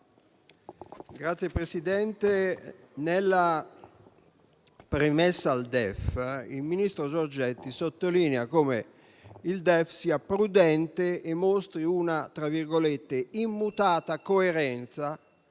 Signor Presidente, nella premessa al DEF il ministro Giorgetti sottolinea come il Documento sia prudente e mostri una "immutata coerenza"